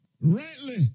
Rightly